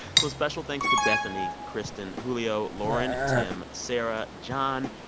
so special thanks to bethany, kristen, julio, lauren, tim, sarah, john,